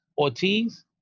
Ortiz